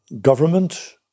government